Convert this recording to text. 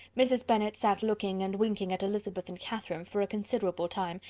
mrs. bennet sat looking and winking at elizabeth and catherine for a considerable time,